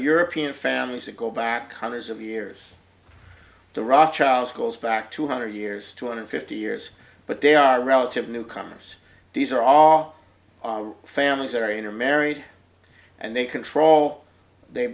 european families that go back hundreds of years the rot child goes back two hundred years two hundred fifty years but they are relative newcomers these are all families that are either married and they control they've